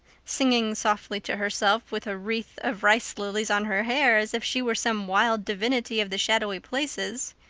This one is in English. singing softly to herself, with a wreath of rice lilies on her hair as if she were some wild divinity of the shadowy places,